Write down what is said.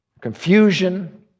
confusion